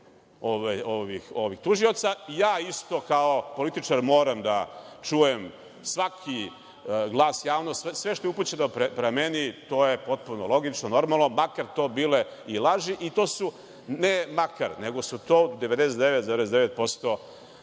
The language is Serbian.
tužioca. I ja isto kao političar moram da čujem svaki glas javnosti, sve što je upućeno prema meni i to je potpuno logično, normalno, makar to bile i laži. Ne makar, nego su to u 99,9%